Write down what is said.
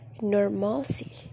normalcy